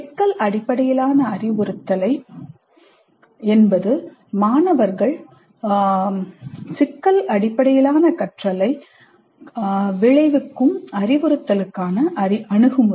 சிக்கல் அடிப்படையிலான அறிவுறுத்தல் என்பது மாணவர்கள் சிக்கல் அடிப்படையிலான கற்றலை விளைவிக்கும் அறிவுறுத்தலுக்கான அணுகுமுறை